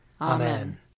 Amen